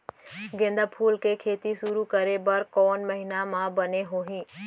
गेंदा फूल के खेती शुरू करे बर कौन महीना मा बने होही?